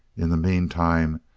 in the meantime,